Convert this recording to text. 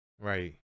Right